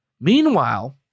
Meanwhile